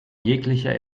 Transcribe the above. jeglicher